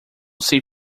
sei